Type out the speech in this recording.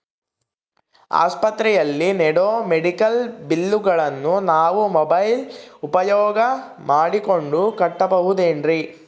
ಆಸ್ಪತ್ರೆಯಲ್ಲಿ ನೇಡೋ ಮೆಡಿಕಲ್ ಬಿಲ್ಲುಗಳನ್ನು ನಾವು ಮೋಬ್ಯೆಲ್ ಉಪಯೋಗ ಮಾಡಿಕೊಂಡು ಕಟ್ಟಬಹುದೇನ್ರಿ?